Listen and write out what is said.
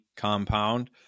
compound